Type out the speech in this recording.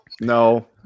no